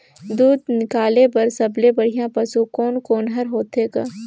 दूध निकाले बर सबले बढ़िया पशु कोन कोन हर होथे ग?